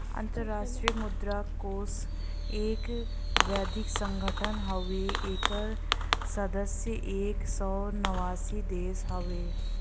अंतराष्ट्रीय मुद्रा कोष एक वैश्विक संगठन हउवे एकर सदस्य एक सौ नवासी देश हउवे